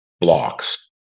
blocks